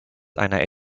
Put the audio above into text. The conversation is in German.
einer